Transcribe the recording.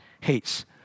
hates